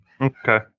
Okay